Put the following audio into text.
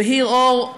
בהיר עור,